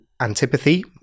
antipathy